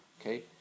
Okay